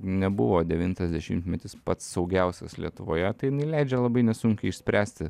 nebuvo devintas dešimtmetis pats saugiausias lietuvoje tai jinai leidžia labai nesunkiai išspręsti